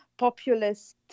populist